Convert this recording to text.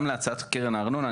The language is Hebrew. גם להצעת קרן הארנונה,